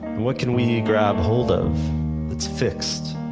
what can we grab hold of that's fixed?